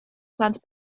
plant